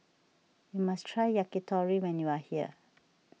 you must try Yakitori when you are here